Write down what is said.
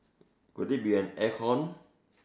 could it be an aircon